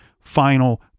final